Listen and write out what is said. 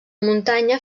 muntanya